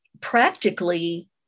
practically